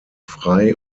frei